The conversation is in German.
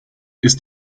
ist